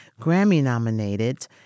Grammy-nominated